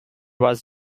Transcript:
was